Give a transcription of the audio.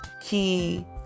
key